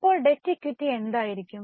അപ്പോൾ debt equity എന്തായിരിക്കും